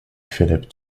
philip